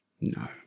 No